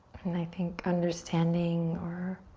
and i think understanding or